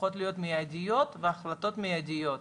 צריכות להיות מידיות וההחלטות מידיות.